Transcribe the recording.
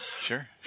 sure